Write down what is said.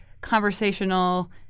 conversational